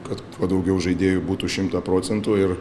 kad kuo daugiau žaidėjų būtų šimtą procentų ir